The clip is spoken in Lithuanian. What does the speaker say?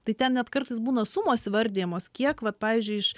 tai ten net kartais būna sumos įvardijamos kiek vat pavyzdžiui iš